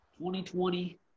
2020